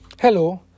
Hello